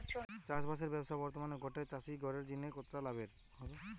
চাষবাসের ব্যাবসা বর্তমানে গটে চাষি ঘরের জিনে কতটা লাভের?